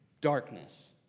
darkness